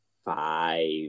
five